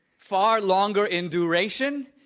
far longer in duration